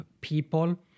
people